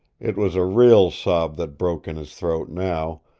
it was a real sob that broke in his throat now,